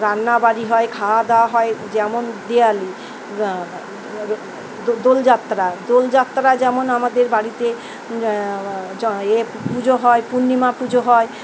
রান্নাবাড়ি হয় খাওয়া দাওয়া হয় যেমন দেওয়ালি দোলযাত্রা দোলযাত্রা যেমন আমাদের বাড়িতে এ পুজো হয় পূর্ণিমা পুজো হয়